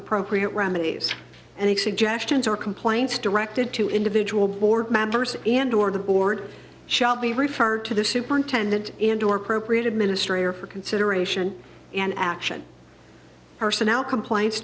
appropriate remedies and suggestions or complaints directed to individual board members and or the board shall be referred to the superintendent indoor propre administrator for consideration and action personnel complaints